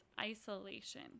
isolation